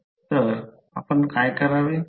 तर आपण काय करावे